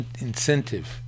incentive